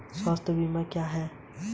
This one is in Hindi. स्वास्थ्य बीमा क्या है?